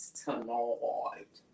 tonight